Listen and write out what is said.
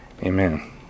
amen